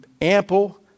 ample